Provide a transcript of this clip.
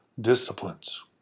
disciplines